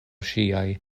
ŝiaj